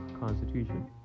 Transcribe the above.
Constitution